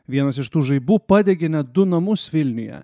vienas iš tų žaibų padegė net du namus vilniuje